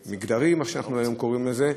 או למגדרים, איך שאנחנו היום קוראים לזה,